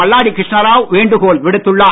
மல்லாடி கிருஷ்ணராவ் வேண்டுகோள் விடுத்துள்ளார்